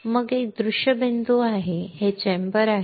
मग एक दृश्य बिंदू आहे हे चेंबर आहे